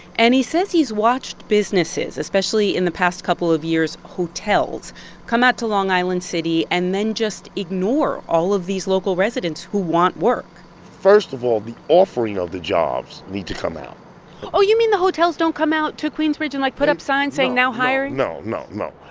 and he says he's watched businesses, especially in the past couple of years hotels come out to long island city and then just ignore all of these local residents who want work first of all, the offering of the jobs need to come out oh, you mean the hotels don't come out to queensbridge and, like, put up signs saying, now hiring? no, no, no,